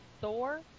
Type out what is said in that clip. Thor